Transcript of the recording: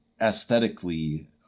aesthetically